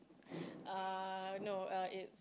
uh no uh it's